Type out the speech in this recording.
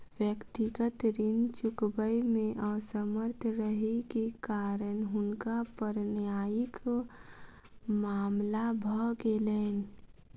व्यक्तिगत ऋण चुकबै मे असमर्थ रहै के कारण हुनका पर न्यायिक मामला भ गेलैन